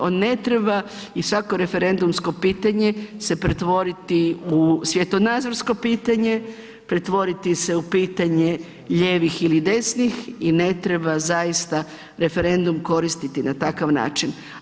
On ne treba i svako referendumsko pitanje se pretvoriti u svjetonazorsko pitanje, pretvoriti se u pitanje lijevih ili desnih i ne treba zaista referendum koristiti na takav način.